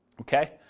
Okay